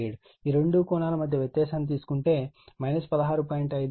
57 ఈ రెండు కోణాల మధ్య వ్యత్యాసాన్ని తీసుకుంటే 16